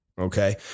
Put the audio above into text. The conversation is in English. Okay